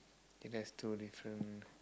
think there is two different